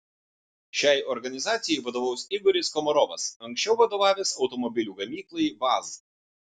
šiai organizacijai vadovaus igoris komarovas anksčiau vadovavęs automobilių gamyklai vaz